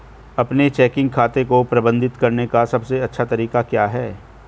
अपने चेकिंग खाते को प्रबंधित करने का सबसे अच्छा तरीका क्या है?